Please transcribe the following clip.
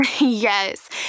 Yes